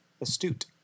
Astute